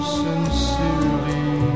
sincerely